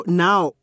now